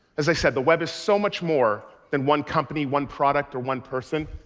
as i said, the web is so much more than one company, one product, or one person.